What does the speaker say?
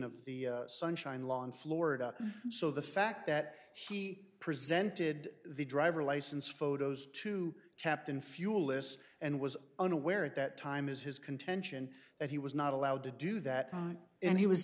of the sunshine law in florida so the fact that he presented the driver license photos to captain fuel this and was unaware at that time is his contention that he was not allowed to do that and he was